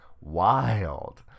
wild